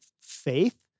faith